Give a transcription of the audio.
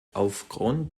aufgrund